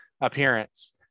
appearance